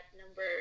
number